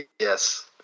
yes